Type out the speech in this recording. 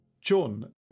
John